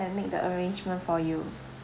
and make the arrangement for you